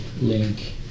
Link